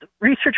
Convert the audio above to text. research